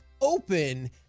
Open